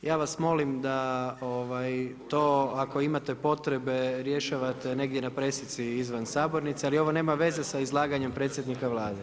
Ja vas molim da to ako imate potrebe rješavate negdje na pressici izvan sabornice, ali ovo nema veze sa izlaganjem predsjednika Vlade.